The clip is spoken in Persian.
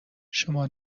شما